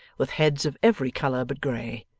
with heads of every colour but grey,